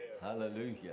Hallelujah